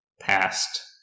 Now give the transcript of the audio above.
past